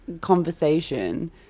conversation